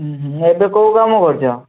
ହୁଁ ହୁଁ ମୁଁ ଏବେ କେଉଁ କାମ କରୁଛ